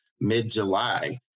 mid-July